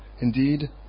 Indeed